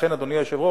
לכן, אדוני היושב-ראש,